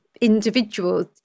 individuals